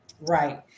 Right